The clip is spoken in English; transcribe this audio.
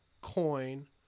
coin